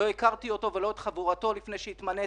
לא הכרתי אותו ולא את חבורתו לפני שהתמניתי.